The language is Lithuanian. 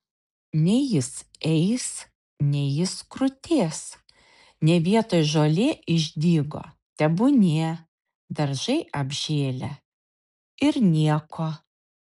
nei jis eis nei jis krutės ne vietoj žolė išdygo tebūnie daržai apžėlę ir nieko